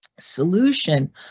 solution